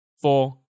four